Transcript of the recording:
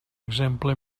exemple